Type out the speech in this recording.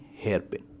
hairpin